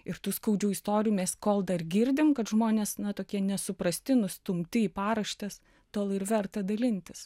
ir tų skaudžių istorijų mes kol dar girdim kad žmonės na tokie nesuprasti nustumti į paraštes tol ir verta dalintis